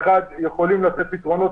לשני.